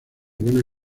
buena